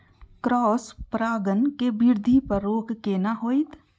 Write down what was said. Cross परागण के वृद्धि पर रोक केना होयत?